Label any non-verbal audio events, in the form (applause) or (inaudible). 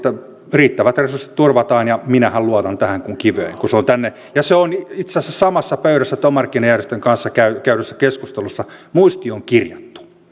riittävät resurssit turvataan ja minähän luotan tähän kuin kiveen kun se on tänne kirjattu ja se on itse asiassa samassa pöydässä työmarkkinajärjestöjen kanssa käydyssä keskustelussa muistioon kirjattu (unintelligible)